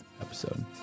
episode